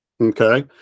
Okay